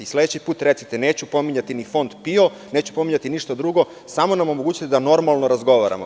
Sledeći put recite, neću pominjati ni Fond PIO, neću ništa drugo, samo nam omogućite da normalno razgovaramo.